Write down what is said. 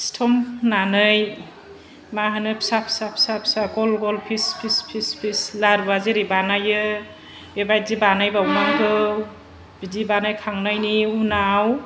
सिथमनानै मा होनो फिसा फिसा फिसा फिसा गल गल फिस फिस फिस लारुआ जेरै बानायो बेबादि बानायबावनांगौ बिदि बानायखांनायनि उनाव